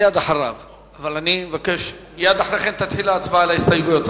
ומייד לאחר מכן תתחיל ההצבעה על ההסתייגויות.